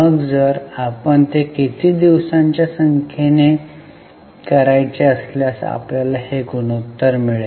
मग जर आपण ते किती दिवसांच्या संख्येने करायचे असल्यास आपल्याला हे गुणोत्तर मिळेल